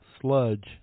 sludge